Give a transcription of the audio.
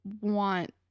want